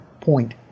point